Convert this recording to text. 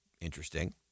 Interesting